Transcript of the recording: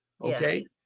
Okay